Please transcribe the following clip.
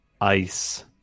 Ice